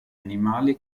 animali